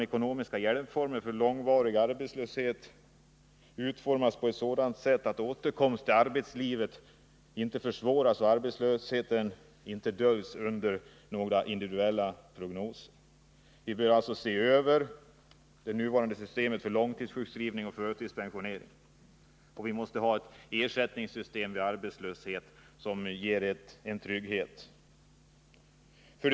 Ekonomiska hjälpformer vid långvarig arbetslöshet får inte utformas på ett sådant sätt att en återkomst till arbetslivet försvåras och arbetslösheten döljs under några individuella diagnoser. En genomgripande översyn bör därför göras av det nuvarande systemet med långtidssjukskrivning och förtidspensionering. Vi måste ha ett ersättningssystem som ger trygghet vid arbetslöshet. 9.